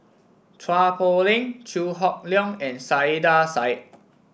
Chua Poh Leng Chew Hock Leong and Saiedah Said